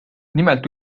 nimelt